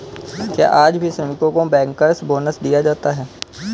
क्या आज भी श्रमिकों को बैंकर्स बोनस दिया जाता है?